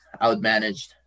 outmanaged